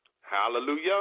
Hallelujah